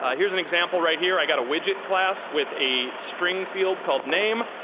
ah here's an example right here. i've got a widget class with a string field called name.